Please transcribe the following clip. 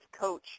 coach